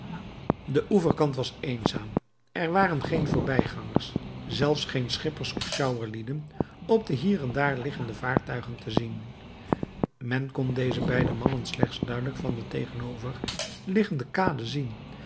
de oeverkant was eenzaam er waren geen voorbijgangers zelfs geen schippers of sjouwerlieden op de hier en daar liggende vaartuigen te zien men kon deze beide mannen slechts duidelijk van de tegenover liggende kade zien